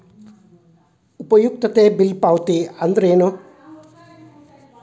ಉಪಯುಕ್ತತೆ ಬಿಲ್ ಪಾವತಿ ಅಂದ್ರೇನು?